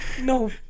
No